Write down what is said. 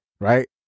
right